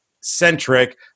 centric